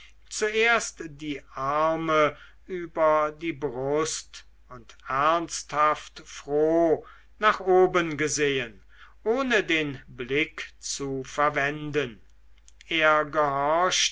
zuerst die arme über die brust und ernsthaft froh nach oben gesehen ohne den blick zu verwenden er